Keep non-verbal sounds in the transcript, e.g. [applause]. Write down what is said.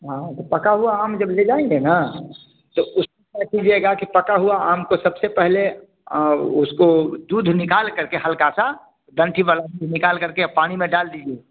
हाँ तो पका हुआ आम जब ले जाएँगे ना तो उसको क्या कीजिएगा कि पका हुआ आम को सबसे पहले उसको दूध निकाल करके हल्का सा डंठी वाला [unintelligible] निकाल करके आ पानी में डाल दीजिए